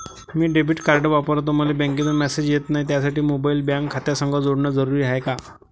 मी debit card वापरतो मले बँकेतून मॅसेज येत नाही, त्यासाठी मोबाईल बँक खात्यासंग जोडनं जरुरी हाय का?